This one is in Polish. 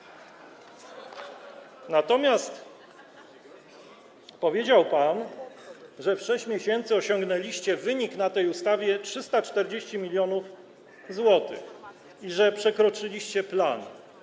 Natomiast powiedział pan, że w 6 miesięcy osiągnęliście wynik na tej ustawie 340 mln zł i że przekroczyliście plan.